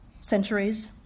centuries